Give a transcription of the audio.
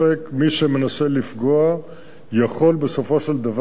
מי שמנסה לפגוע יכול בסופו של דבר לפגוע,